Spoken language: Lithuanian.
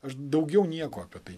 aš daugiau nieko apie tai